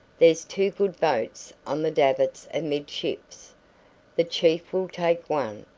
there's two good boats on the davits amidships the chief will take one,